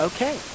Okay